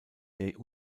der